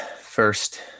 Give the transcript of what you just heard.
first